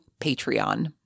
Patreon